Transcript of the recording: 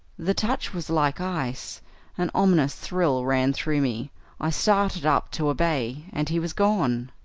the touch was like ice an ominous thrill ran through me i started up to obey, and he was gone.